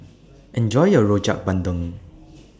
Enjoy your Rojak Bandung